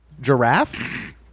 Giraffe